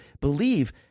believe